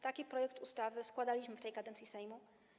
Taki projekt ustawy składaliśmy w tej kadencji Sejmu.